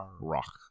rock